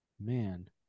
man